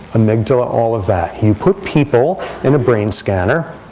amygdala, all of that. you put people in a brain scanner.